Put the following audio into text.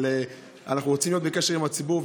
אבל אנחנו רוצים להיות בקשר עם הציבור,